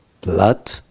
Blood